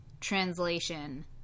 translation